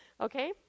Okay